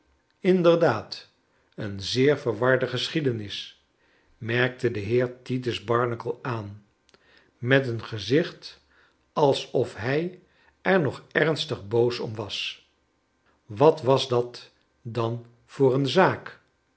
inderdaad een zeer verwarde geschiedenis merkte de heer titus barnacle aan met een gezicht alsof hij er nog ernstig boos om was wat was dat dan voor een zaak